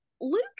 luke